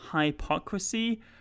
hypocrisy